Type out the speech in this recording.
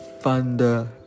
Thunder